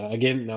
Again